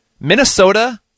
Minnesota